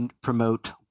promote